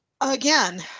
again